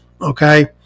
okay